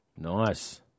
Nice